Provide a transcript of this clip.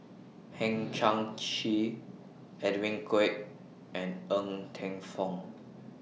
Hang Chang Chieh Edwin Koek and Ng Teng Fong